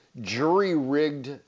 jury-rigged